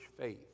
faith